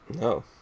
No